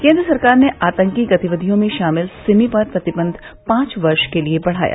केन्द्र सरकार ने आतंकी गतिविधियों में शामिल सिमी पर प्रतिबंध पांच वर्ष के लिए बढ़ाया